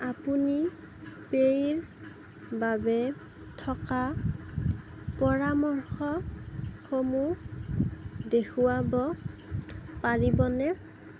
আপুনি পেইৰ বাবে থকা পৰামৰ্শসমূহ দেখুৱাব পাৰিবনে